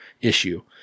issue